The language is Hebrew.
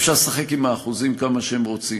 אפשר לשחק עם האחוזים כמה שרוצים.